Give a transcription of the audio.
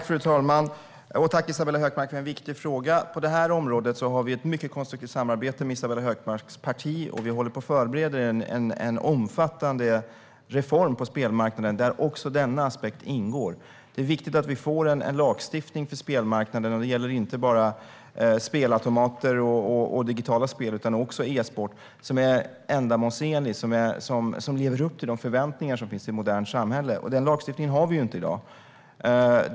Fru talman! Tack, Isabella Hökmark, för en viktig fråga! På detta område har vi ett mycket konstruktivt samarbete med Isabella Hökmarks parti, och vi håller på och förbereder en omfattande reform på spelmarknaden där också denna aspekt ingår. Det är viktigt att vi får en lagstiftning för spelmarknaden - inte bara spelautomater och digitala spel utan också e-sport - som är ändamålsenlig och som lever upp till de förväntningar som finns i ett modernt samhälle. I dag har vi ingen sådan lagstiftning.